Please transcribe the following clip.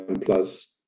plus